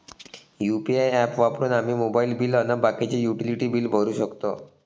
UPI app वापरून आम्ही mobile bill अन बाकीचे युटिलिटी बिल भरू शकतो